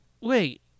wait